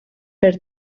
per